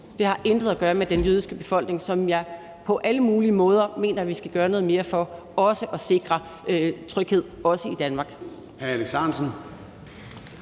Det har intet at gøre med den jødiske befolkning, som jeg på alle mulige måder mener vi skal gøre noget mere for, også i forhold til at sikre dens tryghed, også i Danmark.